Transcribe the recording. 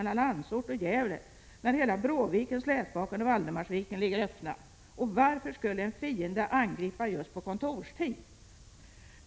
1986/87:42 mellan Landsort och Gävle när hela Bråviken, Slätbaken och Valdemarsvi 4 december 1986 ken ligger öppna? Och varför skulle en fiende angripa just på kontorstid?